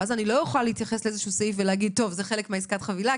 ואז אני לא אוכל להתייחס לאיזשהו סעיף ולהגיד: זה חלק מעסקת החבילה,